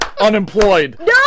unemployed